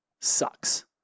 sucks